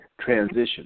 transition